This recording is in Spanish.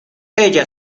ella